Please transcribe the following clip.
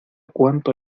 cuánto